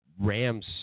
Rams